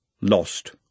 lost